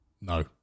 No